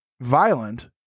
violent